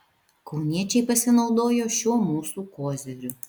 kauniečiai pasinaudojo šiuo mūsų koziriu